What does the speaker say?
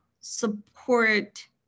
support